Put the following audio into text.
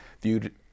viewed